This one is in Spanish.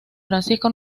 francisco